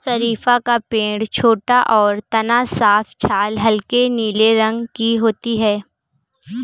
शरीफ़ा का पेड़ छोटा और तना साफ छाल हल्के नीले रंग की होती है